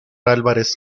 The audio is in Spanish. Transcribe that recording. álvarez